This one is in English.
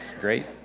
great